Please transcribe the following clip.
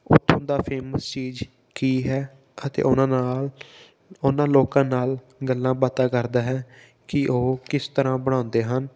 ਉੱਥੋਂ ਦਾ ਫੇਮਸ ਚੀਜ਼ ਕੀ ਹੈ ਅਤੇ ਉਹਨਾਂ ਨਾਲ ਉਹਨਾਂ ਲੋਕਾਂ ਨਾਲ ਗੱਲਾਂ ਬਾਤਾਂ ਕਰਦਾ ਹੈ ਕਿ ਉਹ ਕਿਸ ਤਰ੍ਹਾਂ ਬਣਾਉਂਦੇ ਹਨ